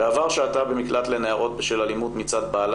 בעבר שהתה במקלט לנערות בשל אלימות מצד בעלה